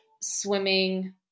swimming